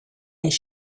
his